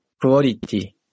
quality